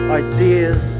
ideas